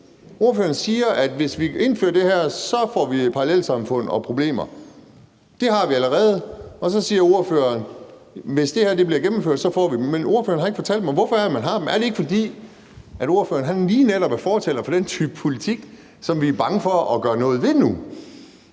Ordføreren siger, at hvis vi indfører det her, får vi parallelsamfund og problemer. Det har vi allerede. Og så siger ordføreren, at hvis det her bliver gennemført, får vi det. Men ordføreren har ikke fortalt mig, hvorfor det er, vi har dem. Er det ikke, fordi ordføreren lige netop er fortaler for den type politik, som vi er bange for at gøre noget ved nu?